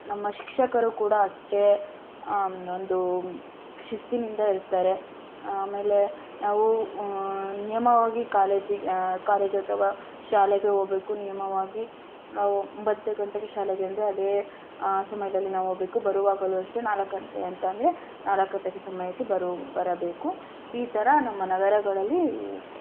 ನಮ್ಮ ಶಿಕ್ಷಕರು ಕೂಡ ಅಷ್ಟೇ ಒಂದು ಶಿಸ್ತಿನಿಂದ ಇರ್ತಾರೆ ಆಮೇಲೆ ನಾವು ನಿಯಮವಾಗಿ ಕಾಲೇಜಿ ಕಾಲೇಜು ಅಥವಾ ಶಾಲೆಗೆ ಹೋಬೇಕು ನಿಯಮವಾಗಿ ನಾವು ಒಂಬತ್ತು ಗಂಟೆಗೆ ಶಾಲೆಗೆ ಅಂದರೆ ಅದೇ ಸಮಯದಲ್ಲಿ ನಾವು ಹೋಗ್ಬೇಕು ಬರುವಾಗಲೂ ಅಷ್ಟೆ ನಾಲ್ಕು ಗಂಟೆ ಅಂತ ಅಂದರೆ ನಾಲ್ಕು ಗಂಟೆಗೆ ಸಮಯಕ್ಕೆ ಬರು ಬರಬೇಕು ಈ ಥರ ನಮ್ಮ ನಗರಗಳಲ್ಲಿ ಇರುತ್ತೆ